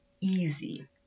easy